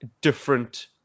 different